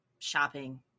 Shopping